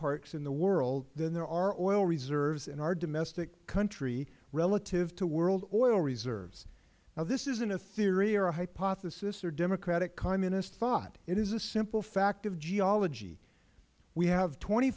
parks in the world than there are oil reserves in our domestic country relative to world oil reserves now this isn't a theory or a hypothesis or democratic communist thought it is a simple fact of geology we have twenty